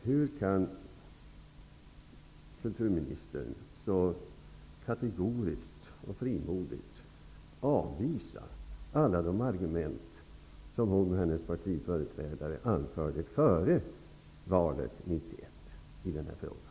Hur kan kulturministern nu så kategoriskt och frimodigt avvisa alla de argumet som hon och hennes partiföreträdare anförde i denna fråga före valet